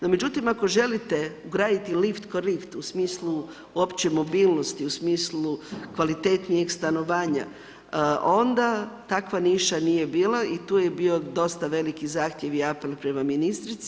No međutim ako želite ugraditi lift ko lift u smislu opće mobilnosti, u smislu kvalitetnijeg stanovanja, onda takva niša nije bila i tu je bio dosta veliki zahtjev i apel prema ministrici.